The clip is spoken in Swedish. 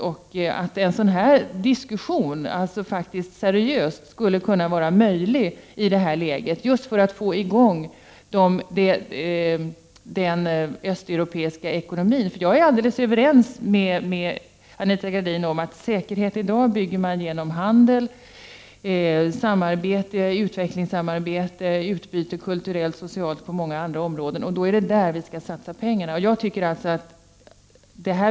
En seriös sådan diskussion skulle kunna vara möjlig, just för att få i gång den östeuropeiska ekonomin. Jag är helt överens med Anita Gradin om att säkerhet i dag byggs genom handel, utvecklingssamarbete, kulturellt och socialt utbyte m.m., och att det är där pengarna skall satsas.